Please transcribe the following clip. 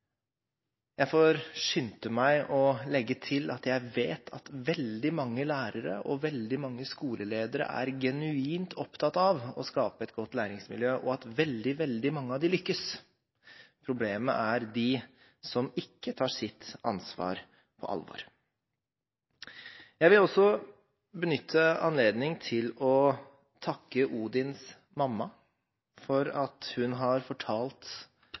Jeg får skynde meg å legge til at jeg vet at veldig mange lærere, og veldig mange skoleledere, er genuint opptatt av å skape et godt læringsmiljø, og at veldig mange av dem lykkes. Problemet er dem som ikke tar sitt ansvar på alvor. Jeg vil også benytte anledningen til å takke Odins mamma for at hun har fortalt